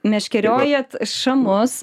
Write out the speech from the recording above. meškeriojat šamus